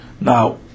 now